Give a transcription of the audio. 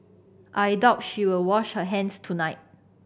I doubt she will wash her hands tonight